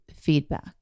feedback